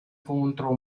contro